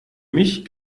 mich